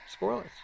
scoreless